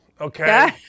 Okay